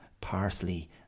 parsley